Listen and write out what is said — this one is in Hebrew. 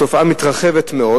התופעה מתרחבת מאוד.